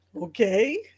Okay